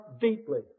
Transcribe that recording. deeply